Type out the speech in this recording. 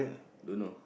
don't know